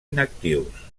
inactius